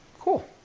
Cool